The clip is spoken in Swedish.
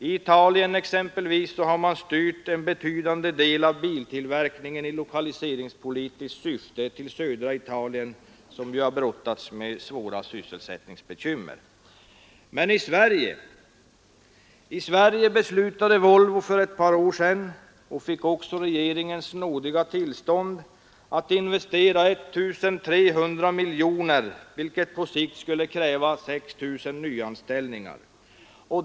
I Italien har man i lokaliseringspolitiskt syfte styrt en betydande del av biltillverkningen till södra Italien, som ju har brottats med betydande sysselsättningsbekymmer. Men i Sverige beslutade Volvo för ett par år sedan — och fick också regeringens nådiga tillstånd — att investera 1 300 miljoner kronor, vilket på sikt skulle kräva 6 000 nyanställningar.